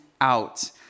out